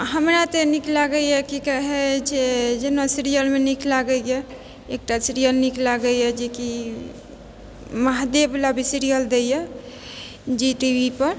हमरा तऽ नीक लागैया की कहै छै जेना सीरियलमे नीक लागैया एकटा सीरियल नीक लागैया जेकी महादेव वला भी सीरियल दैया जी टीवीपर